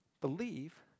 believe